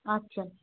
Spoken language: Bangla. আচ্ছা